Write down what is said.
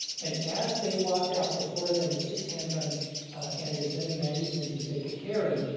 and as they walked out, the four of them with six handguns and as many magazines as they could carry,